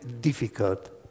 difficult